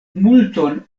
multon